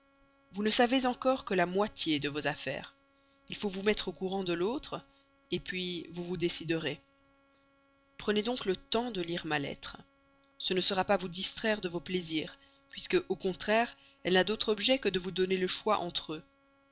vous ne savez encore que la moitié de vos affaires il faut vous mettre au courant de l'autre puis vous vous déciderez prenez donc le temps de lire ma lettre ce ne sera pas vous distraire de vos plaisirs puisqu'au contraire elle n'a d'autre objet que de vous donner le choix entre eux